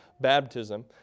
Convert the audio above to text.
baptism